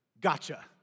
gotcha